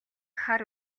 хар